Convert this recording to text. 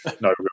no